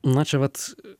na čia vat